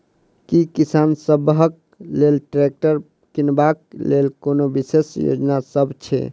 की किसान सबहक लेल ट्रैक्टर किनबाक लेल कोनो विशेष योजना सब छै?